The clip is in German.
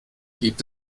gibt